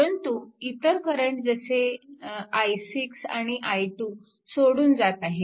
परंतु इतर करंट जसे i6 आणि i2सोडून जात आहेत